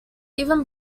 even